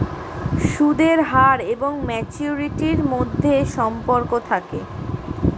সুদের হার এবং ম্যাচুরিটির মধ্যে সম্পর্ক থাকে